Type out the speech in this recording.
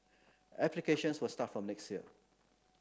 applications will start from next year